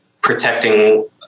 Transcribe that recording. protecting